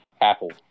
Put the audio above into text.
Apple